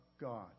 God